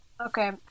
Okay